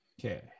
Okay